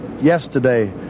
yesterday